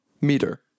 Meter